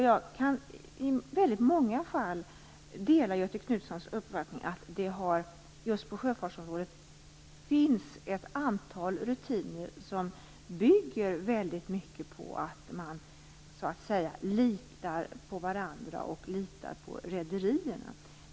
Jag kan i mycket dela Göthe Knutsons uppfattning att det just på sjöfartsområdet finns ett antal rutiner som bygger mycket på att man litar på varandra och på rederierna.